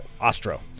Astro